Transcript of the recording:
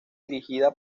dirigida